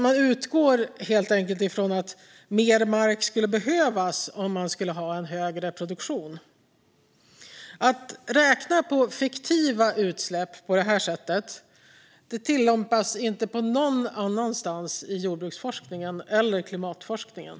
Man utgår helt enkelt från att mer mark skulle behövas för en högre produktion. Att räkna på fiktiva utsläpp på detta sätt gör man inte någon annanstans i jordbruksforskningen eller klimatforskningen.